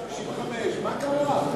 55. מה קרה?